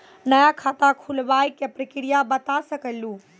नया खाता खुलवाए के प्रक्रिया बता सके लू?